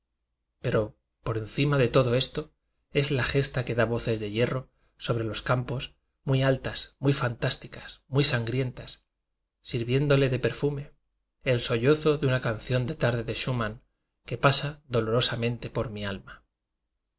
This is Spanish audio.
pero por encima de todo esto es la gesta que da voces de hierro sobre los campos muy al fas muy fantásticas muy sangrientas sir viéndole de perfume el sollozo de una canción de tarde de schuman que pasa do lorosamente por mi alma